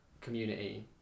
community